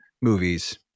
movies